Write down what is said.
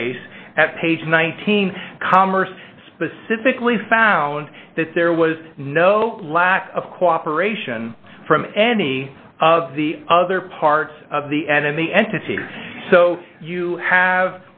case at page nineteen commerce specifically found that there was no lack of cooperation from any of the other parts of the enemy entity so you have